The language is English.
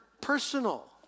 personal